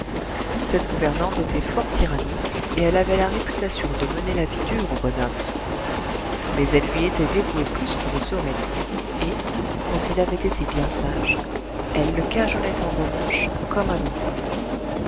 cette gouvernante était fort tyrannique et elle avait la réputation de mener la vie dure au bonhomme mais elle lui était dévouée plus qu'on ne saurait dire et quand il avait été bien sage elle le cajolait en revanche comme un enfant